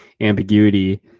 ambiguity